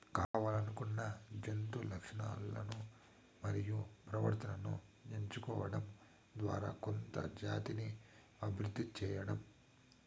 కావల్లనుకున్న జంతు లక్షణాలను మరియు ప్రవర్తనను ఎంచుకోవడం ద్వారా కొత్త జాతిని అభివృద్ది చేయడం